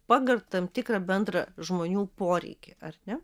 pagal tam tikrą bendrą žmonių poreikį ar ne